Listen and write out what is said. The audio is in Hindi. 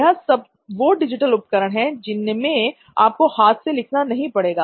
यह सब वो डिजिटल उपकरण है जिनमें आपको हाथ से लिखना नहीं पड़ेगा